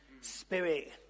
spirit